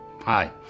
Hi